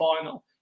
final